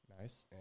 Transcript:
nice